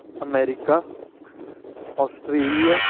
America Australia